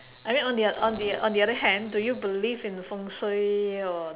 I mean on the on the on the other hand do you believe in 风水 or